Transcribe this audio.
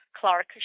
Clark